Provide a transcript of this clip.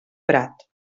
prat